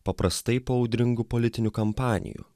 paprastai po audringų politinių kampanijų